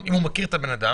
אם הוא מכיר את הבן אדם,